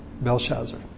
Belshazzar